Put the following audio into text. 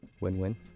win-win